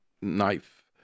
knife